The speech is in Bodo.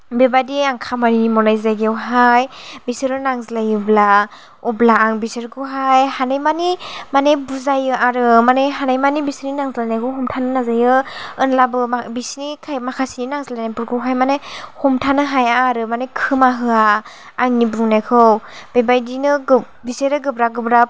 बेबायदि आं खामानि मावनाय जायगायावहाय बिसोरो नांज्लायोब्ला अब्ला आं बिसोरखौहाय हानायमानि माने बुजायो आरो माने हानायमानि बिसिनि नांज्लायनायखौ हमथानो नाजायो ओनलाबो मा बिसोरनि खाय माखासेनि नांज्लायनायफोरखौहा माने हमथानो हाया आरो माने खोमा होया आंनि बुंनायखौ बेबायदिनो गौ बिसोरो गोब्राब